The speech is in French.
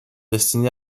destiné